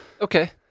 Okay